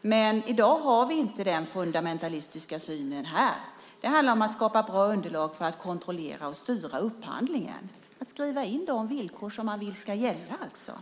Men i dag har vi inte den fundamentalistiska synen här. Det handlar om att skapa bra underlag för att kontrollera och styra upphandlingar, att skriva in de villkor som man vill ska gälla.